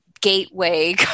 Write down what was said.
gateway